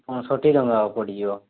ପଞ୍ଚଷଠି ଟଙ୍କା ପଡ଼ିଯିବ